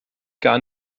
gar